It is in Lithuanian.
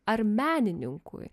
ar menininkui